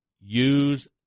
use